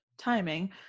timing